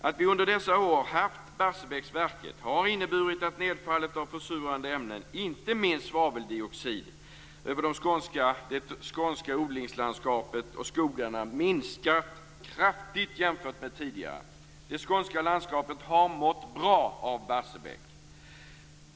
Att vi under dessa år haft Barsebäcksverket har inneburit att nedfallet av försurande ämnen, inte minst svaveldioxid, över det skånska odlingslandskapet och skogarna minskat kraftigt jämfört med tidigare. Det skånska landskapet har mått bra av Barsebäck!